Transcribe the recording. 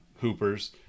Hoopers